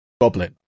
Goblin